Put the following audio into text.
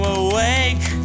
awake